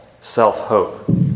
self-hope